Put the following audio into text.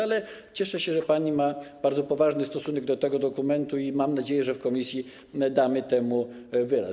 Ale cieszę się, że pani ma bardzo poważny stosunek do tego dokumentu, i mam nadzieję, że w komisji damy temu wyraz.